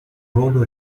ruolo